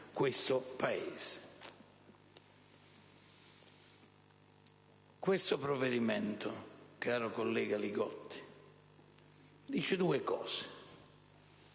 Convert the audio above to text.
Questo provvedimento, caro collega Li Gotti, dice due cose.